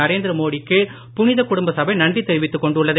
நரேந்திர மோடி க்கு புனிதக் குடும்ப சபை நன்றி தெரிவித்துக் கொண்டுள்ளது